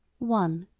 one.